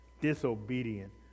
disobedient